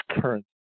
current